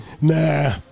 Nah